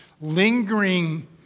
lingering